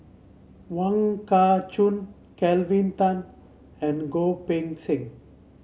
Wong Kah Chun Kelvin Tan and Goh Poh Seng